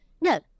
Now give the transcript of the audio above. No